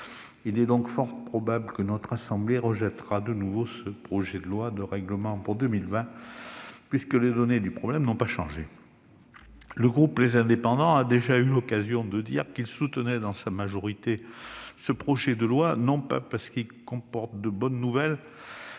il est donc fort probable que la Haute Assemblée rejettera de nouveau le projet de loi de règlement pour 2020, les données du problème n'ayant pas changé. Le groupe Les Indépendants a déjà eu l'occasion de dire qu'une majorité de ses membres soutenait ce projet de loi, non parce qu'il comporte de bonnes nouvelles,